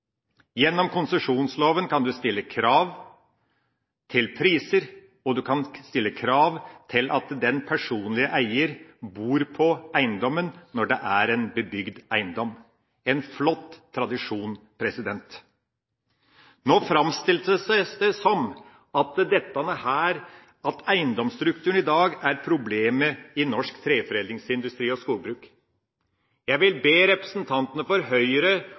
Gjennom konsesjonsloven kan man stille krav til priser, og man kan stille krav til at den personlige eier bor på eiendommen når det er en bebygd eiendom – en flott tradisjon. Nå framstilles det som om eiendomsstrukturen er problemet i norsk treforedlingsindustri og skogbruk i dag. Jeg vil be representantene fra Høyre